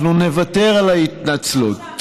אנחנו נוותר על ההתנצלות.